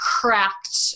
cracked